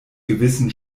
gewissen